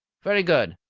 very good.